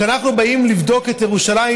שכשאנחנו באים לבדוק את ירושלים,